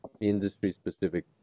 industry-specific